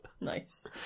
Nice